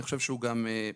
אני חושב שהוא גם פוגע,